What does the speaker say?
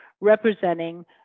representing